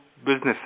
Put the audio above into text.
businesses